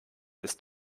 ist